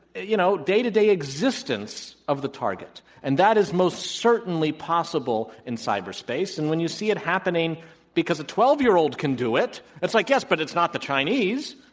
you know, day to day existence of the target. and that is most certainly possible in cyberspace. and when you see it happening because a twelve year old can do it, it's like, yes, but it's not the chinese.